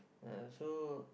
ah so